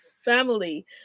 family